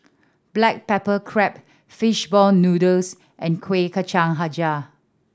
black pepper crab fish ball noodles and Kuih Kacang Hijau